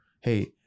hey